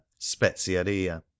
Spezieria